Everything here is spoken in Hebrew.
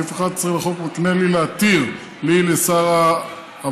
סעיף 11 לחוק מקנה לי, לשר העבודה,